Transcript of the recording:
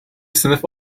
sınıf